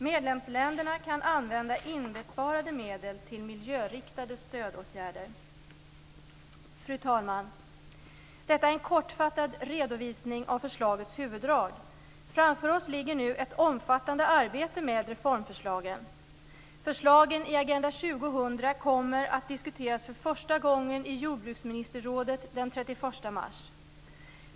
Medlemsländerna kan använda inbesparade medel till miljöriktade stödåtgärder. Fru talman! Detta är en kortfattad redovisning av förslagets huvuddrag. Framför oss ligger nu ett omfattande arbete med reformförslagen. Förslagen i Agenda 2000 kommer att diskuteras för första gången i jordbruksministerrådet den 31 mars.